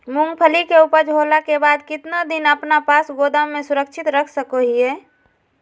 मूंगफली के ऊपज होला के बाद कितना दिन अपना पास गोदाम में सुरक्षित रख सको हीयय?